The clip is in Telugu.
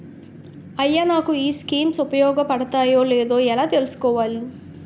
అయ్యా నాకు ఈ స్కీమ్స్ ఉపయోగ పడతయో లేదో ఎలా తులుసుకోవాలి?